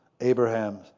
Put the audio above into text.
Abraham